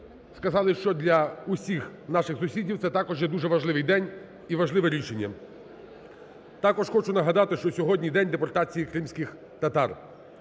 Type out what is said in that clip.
сказали, що для усіх наших сусідів це також є дуже важливий день і важливе рішення. Також хочу нагадати, що сьогодні День депортації кримських татар.